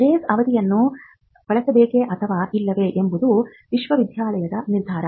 grace ಅವಧಿಯನ್ನು ಬಳಸಬೇಕೆ ಅಥವಾ ಇಲ್ಲವೇ ಎಂಬುದು ವಿಶ್ವವಿದ್ಯಾಲಯದ ನಿರ್ಧಾರ